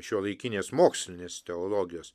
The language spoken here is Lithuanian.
šiuolaikinės mokslinės teologijos